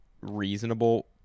reasonable